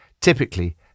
Typically